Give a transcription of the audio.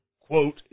quote